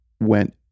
went